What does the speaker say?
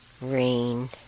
rain